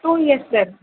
two years sir